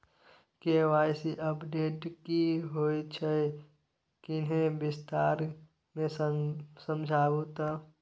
KYC update की होय छै किन्ने विस्तार से समझाऊ ते?